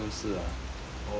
oh okay